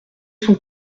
son